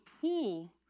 pool